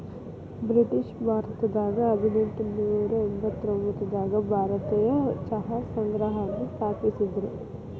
ಬ್ರಿಟಿಷ್ರು ಭಾರತದಾಗ ಹದಿನೆಂಟನೂರ ಎಂಬತ್ತೊಂದರಾಗ ಭಾರತೇಯ ಚಹಾ ಸಂಘವನ್ನ ಸ್ಥಾಪಿಸಿದ್ರು